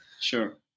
sure